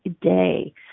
day